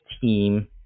team